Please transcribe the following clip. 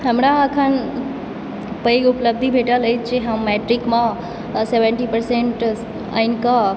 हमरा अखन पैघ उपलब्धि भेटल अछि जे हम मैट्रिकमऽ सेवेंटी परसेंट आनिकऽ